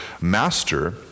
master